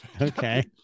okay